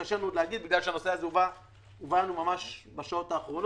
עדיין מאוד קשה לנו להגיד כי הנושא הזה בא לנו ממש בשעות האחרונות.